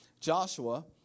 Joshua